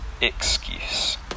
excuse